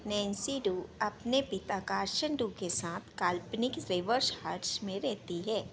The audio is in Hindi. नैन्सी ड्रू अपने पिता कार्सन ड्रू के साथ काल्पनिक रिवर्स हाइट्स में रहती है